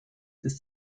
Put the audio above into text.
ist